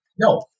No